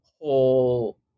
whole